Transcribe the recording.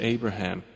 Abraham